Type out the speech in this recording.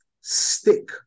stick